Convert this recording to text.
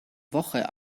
woche